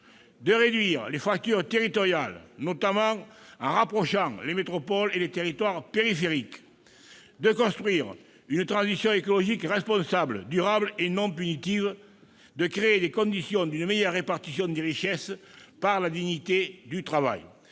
de réduire les fractures territoriales, notamment en rapprochant les métropoles et les territoires périphériques, de construire une transition écologique responsable, durable et non punitive, de créer les conditions d'une meilleure répartition des richesses, par la dignité du travail.